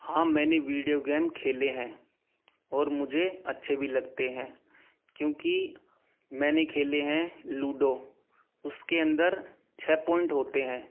हाँ मैंने video game खेले हैं और मुझे अच्छे भी लगते हैं क्योंकि मैंने खेले हैं लूडो उसके अंदर छ पॉइंट होते हैं